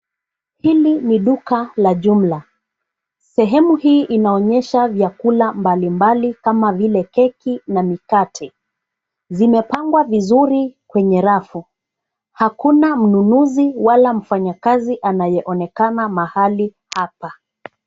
Hili ni duka la jumla. Sehemu hii inaonyesha vyakula mbali mbali kama vile keki na mikate. Zimepangwa vizuri kwenye rafu. Hakuna mnunuzi wala mfanyakazi anayeonekana mahali hapa.